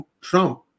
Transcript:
Trump